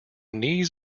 knees